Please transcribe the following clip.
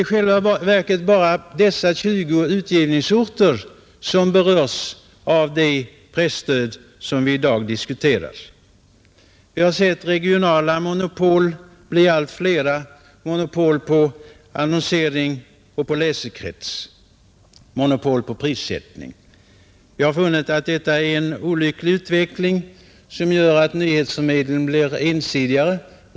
I själva verket är det dessa 20 utgivningsorter, som berörs av det presstöd vi i dag diskuterar, Vi har sett regionala monopol bli allt flera — monopol när det gäller annonsering och läsekrets, monopol på prissättning. Vi har funnit att detta är en olycklig utveckling som gör att nyhetsförmedlingen blir ensidigare.